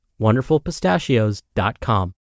wonderfulpistachios.com